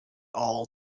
all